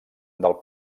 del